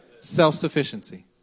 Self-sufficiency